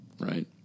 Right